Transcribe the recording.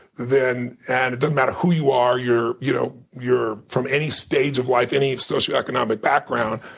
then and it doesn't matter who you are. you're you know you're from any stage of life, any socioeconomic background,